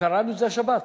קראנו את זה השבת,